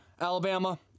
alabama